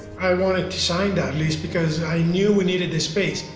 i wanted to sign that lease, because i knew we needed the space.